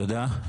תודה.